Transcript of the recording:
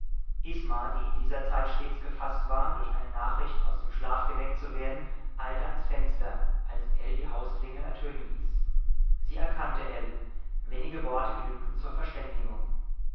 die in dieser zeit stets gefaßt war durch eine nachricht aus dem schlaf geweckt zu werden eilte ans fenster als ell die hausklingel ertönen ließ sie erkannte ell wenige worte genügten zur verständigung